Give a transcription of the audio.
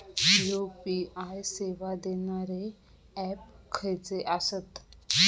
UPI सेवा देणारे app खयचे आसत?